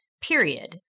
period